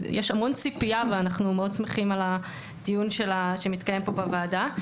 יש המון ציפייה ואנחנו שמחים מאוד על הדיון שמתקיים פה בוועדה.